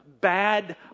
bad